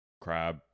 crab